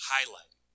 Highlight